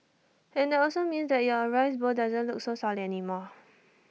and that also means that your rice bowl doesn't look so solid anymore